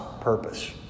purpose